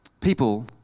people